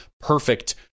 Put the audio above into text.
perfect